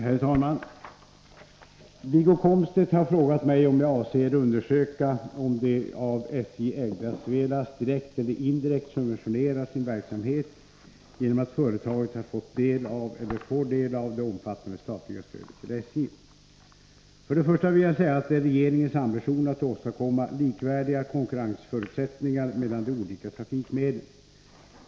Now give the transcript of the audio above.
Herr talman! Wiggo Komstedt har frågat mig om jag avser undersöka om det av SJ ägda Svelast direkt eller indirekt subventionerar sin verksamhet genom att företaget har fått del av eller får del av det omfattande statliga stödet till SJ. För det första vill jag säga att det är regeringens ambition att åstadkomma likvärdiga konkurrensförutsättningar mellan de olika trafikmedlen.